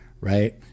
right